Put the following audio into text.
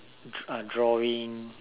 dr~ uh drawing